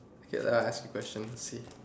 okay lah ask question see